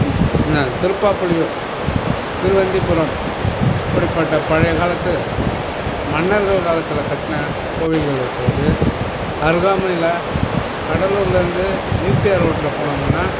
இன்ன திருப்பாப்பிளியூர் திருவந்திபுரம் இப்படிப்பட்ட பழைய காலத்து மன்னர்கள் காலத்தில் கட்டின கோவில்கள் இருக்கிறது அருகாமையில் கடலூர்லிருந்து ஈசிஆர் ரோட்டில் போனோமுன்னால்